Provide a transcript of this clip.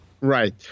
Right